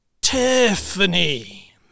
Tiffany